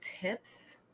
tips